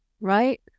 right